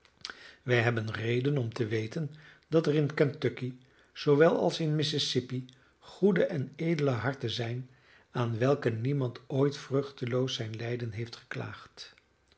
wij hebben reden om te weten dat er in kentucky zoowel als in mississippi goede en edele harten zijn aan welke niemand ooit vruchteloos zijn lijden heeft geklaagd